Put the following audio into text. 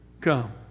come